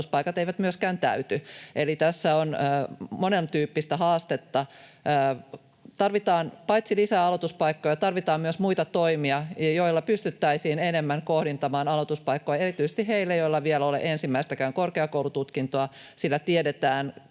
aloituspaikat eivät myöskään täyty. Eli tässä on monentyyppistä haastetta. Tarvitaan paitsi lisää aloituspaikkoja myös muita toimia, joilla pystyttäisiin enemmän kohdentamaan aloituspaikkoja erityisesti heille, joilla vielä ei ole ensimmäistäkään korkeakoulututkintoa, sillä tiedetään